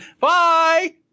bye